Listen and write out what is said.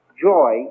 joy